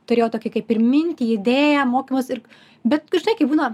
turėjau tokią kaip ir mintį idėją mokymus ir bet tu žinai kaip būna